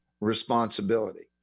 responsibility